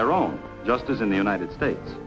their own just as in the united states